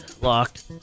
locked